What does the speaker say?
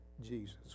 Jesus